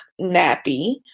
nappy